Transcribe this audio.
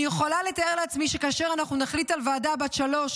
"אני יכולה לתאר לעצמי שכאשר אנחנו נחליט על ועדה בת שלושה,